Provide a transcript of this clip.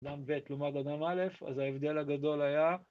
‫אדם ב', לעומת אדם א', ‫אז ההבדל הגדול היה...